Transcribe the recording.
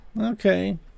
Okay